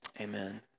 Amen